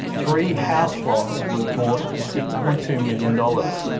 three house blocks were bought for six point two million dollars.